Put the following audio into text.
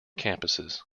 campuses